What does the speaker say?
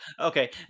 okay